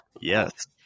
Yes